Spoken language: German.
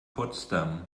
potsdam